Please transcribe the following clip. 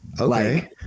Okay